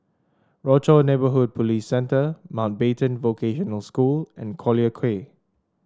Rochor Neighborhood Police Centre Mountbatten Vocational School and Collyer Quay